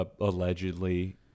allegedly